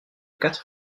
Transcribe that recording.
quatre